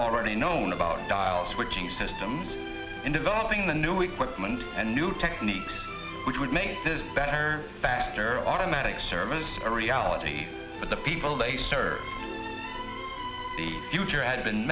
already known about the dial switching systems in developing the new equipment and new techniques which would make this better faster automatic service a reality for the people they serve the future had been